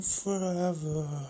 forever